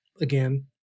again